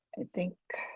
i think